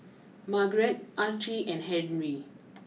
Margarete Archie and Henry